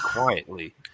quietly